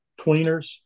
tweeners